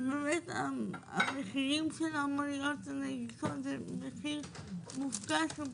באמת המחירים של המוניות המונגשות הם מחירים מופקעים.